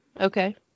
Okay